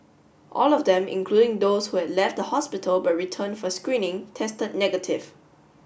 all of them including those who had left the hospital but returned for screening tested negative